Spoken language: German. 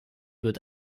wird